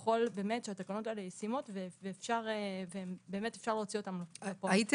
שהתקנות האלה ישימות ואפשר להוציא אותן לפועל.